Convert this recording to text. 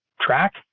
track